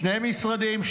שני משרדים,